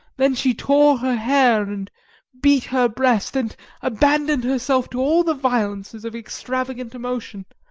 then she tore her hair and beat her breast, and abandoned herself to all the violences of extravagant emotion.